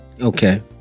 Okay